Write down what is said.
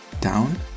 down